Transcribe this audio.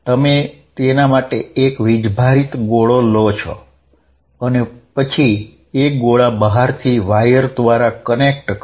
તમે તેના માટે એક વીજભારીત ગોળો લો છો અને પછી એક ગોળા બહારથી વાયર દ્વારા કનેક્ટ કરો